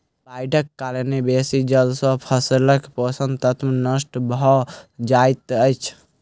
बाइढ़क कारणेँ बेसी जल सॅ फसीलक पोषक तत्व नष्ट भअ जाइत अछि